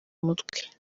umutwe